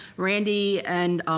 randy and.